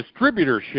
distributorship